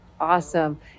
Awesome